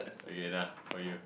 okay enough for you